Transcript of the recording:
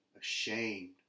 ashamed